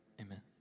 Amen